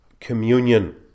communion